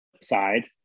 side